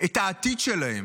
את העתיד שלהם,